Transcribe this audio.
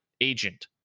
agent